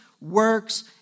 works